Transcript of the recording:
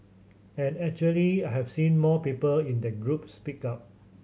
and actually have seen more people in that group speak up